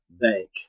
bank